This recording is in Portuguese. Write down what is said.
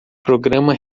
programa